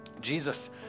Jesus